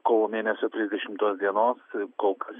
kovo mėnesio trisdešimtos dienos kol kas